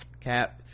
cap